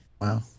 Wow